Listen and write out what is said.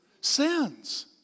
sins